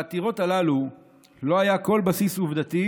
לעתירות הללו לא היה כל בסיס עובדתי